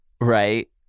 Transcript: Right